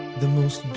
the most